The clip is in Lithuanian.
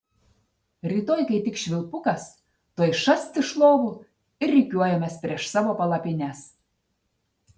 rytoj kai tik švilpukas tuoj šast iš lovų ir rikiuojamės prieš savo palapines